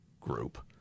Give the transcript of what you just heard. group